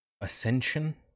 ascension